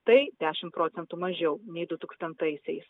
tai dešimt procentų mažiau du tūkstantaisiaisiais